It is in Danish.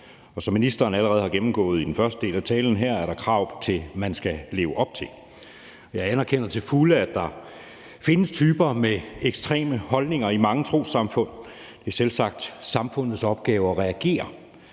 Som ministeren allerede har gennemgået i den første del af talen her, er der krav, man skal leve op til. Jeg anerkender til fulde, at der findes typer med ekstreme holdninger i mange trossamfund, men det er selvsagt samfundets opgave at reagere